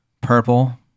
purple